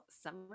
summer